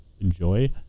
enjoy